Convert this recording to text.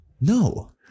No